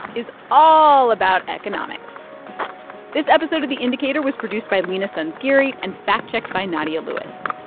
is all about economics this episode of the indicator was produced by leena sanzgiri and fact-checked by nadia lewis.